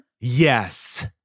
Yes